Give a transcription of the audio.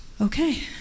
Okay